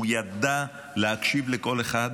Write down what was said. הוא ידע להקשיב לכל אחד,